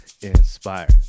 inspired